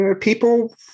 People